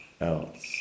else